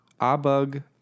Abug